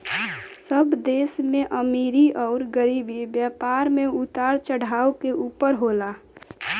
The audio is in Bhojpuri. सब देश में अमीरी अउर गरीबी, व्यापार मे उतार चढ़ाव के ऊपर होला